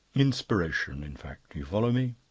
inspiration, in fact. you follow me?